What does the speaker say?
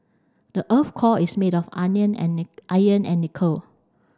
the earth core is made of iron and nickel